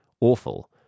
Awful